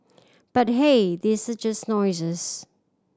but hey these are just noises